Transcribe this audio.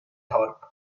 thorpe